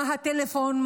מה הטלפון,